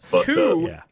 two